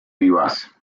vivaz